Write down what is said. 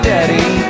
Daddy